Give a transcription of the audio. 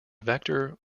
vector